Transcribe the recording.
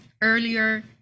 earlier